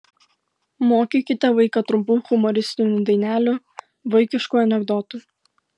mokykite vaiką trumpų humoristinių dainelių vaikiškų anekdotų